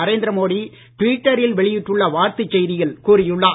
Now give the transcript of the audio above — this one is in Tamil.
நரேந்திரமோடி டிவிட்டரில் வெளியிட்டுள்ள வாழ்த்து செய்தியில் வெளியிட்டுள்ளார்